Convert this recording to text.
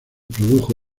produjo